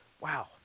wow